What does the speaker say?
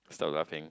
stop laughing